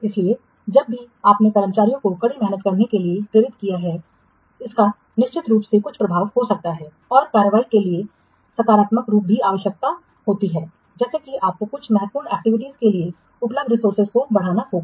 इसलिए जब भी आपने कर्मचारियों को कड़ी मेहनत करने के लिए प्रेरित किया है इसका निश्चित रूप से कुछ प्रभाव हो सकता है और कार्रवाई के अधिक सकारात्मक रूप की आवश्यकता होती है जैसे कि आपको कुछ महत्वपूर्ण एक्टिविटी के लिए उपलब्ध रिसोर्सेजों को बढ़ाना होगा